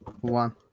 one